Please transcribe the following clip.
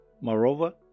Moreover